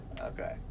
Okay